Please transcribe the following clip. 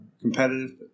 competitive